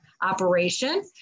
operation